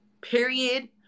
period